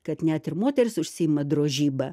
kad net ir moterys užsiima drožyba